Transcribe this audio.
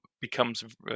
becomes